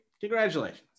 Congratulations